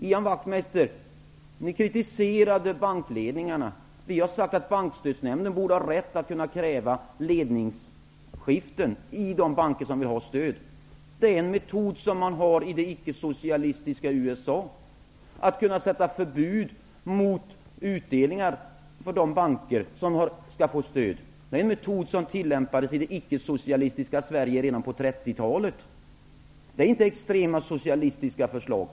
Ian Wachtmeister! Ni kritiserade bankledningarna. Vi har sagt att Bankstödsnämnden borde ha rätt att kräva ledningsskiften i de banker som vill ha stöd. Det är en metod som man använder i det ickesocialistiska USA. Att införa förbud mot utdelningar för de banker som skall få stöd är en metod som tillämpades i det icke-socialistiska Sverige redan på 30-talet. Det är inte några extrema socialistiska förslag.